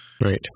Right